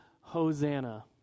Hosanna